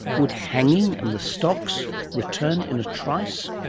would hanging and the stocks return in a thrice?